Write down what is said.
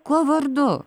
kuo vardu